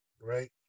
right